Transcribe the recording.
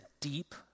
deep